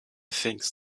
things